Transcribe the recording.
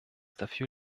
dafür